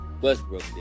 Westbrook